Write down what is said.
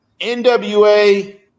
NWA